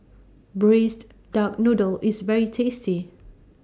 Braised Duck Noodle IS very tasty